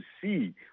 see